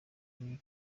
riri